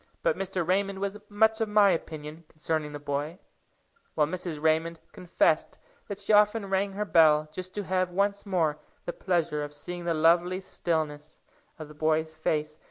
but mr. raymond was much of my opinion concerning the boy while mrs. raymond confessed that she often rang her bell just to have once more the pleasure of seeing the lovely stillness of the boy's face,